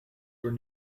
were